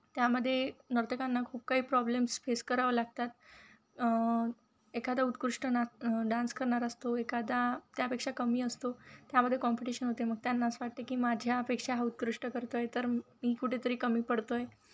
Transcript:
त्यामध्ये नर्तकांना खूप काही प्रॉब्लेम्स फेस करावे लागतात एखादा उत्कृष्ट ना डान्स करणारा असतो एखादा त्यापेक्षा कमी असतो त्यामध्ये कॉम्पिटिशन होते मग त्यांना असं वाटते की माझ्यापेक्षा हा उत्कृष्ट करतो आहे तर मी कुठेतरी कमी पडतो आहे